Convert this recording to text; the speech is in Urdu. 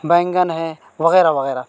بیگن ہے وغیرہ وغیرہ